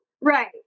Right